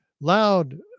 loud